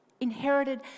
inherited